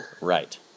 right